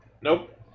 Nope